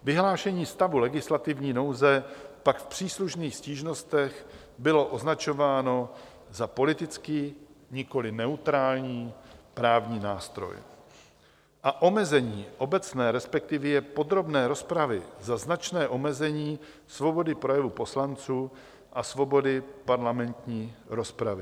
Vyhlášení stavu legislativní nouze pak v příslušných stížnostech bylo označováno za politický, nikoli neutrální právní nástroj a omezení obecné, respektive podrobné rozpravy za značné omezení svobody projevu poslanců a svobody parlamentní rozpravy.